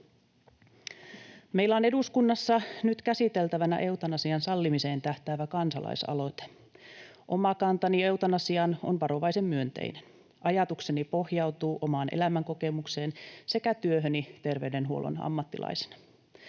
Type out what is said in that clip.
Meillä on eduskunnassa nyt käsiteltävänä eutanasian sallimiseen tähtäävä kansalaisaloite. Oma kantani eutanasiaan on varovaisen myönteinen. Ajatukseni pohjautuu omaan elämänkokemukseeni sekä työhöni terveydenhuollon ammattilaisena.